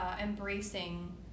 embracing